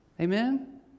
Amen